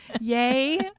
Yay